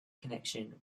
connection